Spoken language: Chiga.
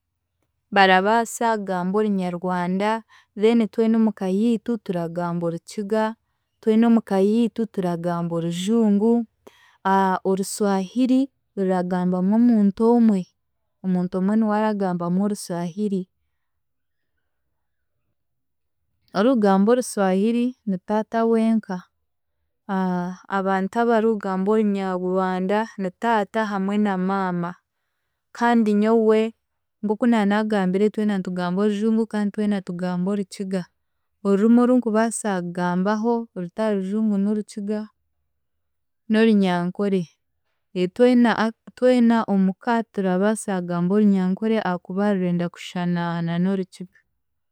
Barabaasa kugamba Orunyarwanda, then twena omu ka yiitu turagamba Orukiga, twena omu ka yiitu turagamba Orujungu, Oruswahiri ruragambwamu omuntu omwe, omuntu omwe niwe aragabamu Oruswahiri. Orikugamba Oruswahiri ni taata wenka. Abantu abarikugaba Orunyarwanda ni taata hamwe na maama kandi nyowe nk'oku naanaagambire twena nitugamba Orujungu kandi nitugamba Orukiga. Orurimi oru ndikubaasa kugambaho rutari Rujungu n'Orukiga n'Orunyankore, twena aki twena omu ka turabaasa kugamba Orunyankore ahaakuba rurenda kushana na n'Orukiga